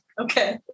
Okay